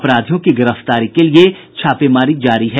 अपराधियों की गिरफ्तारी के लिए छापेमारी की जा रही है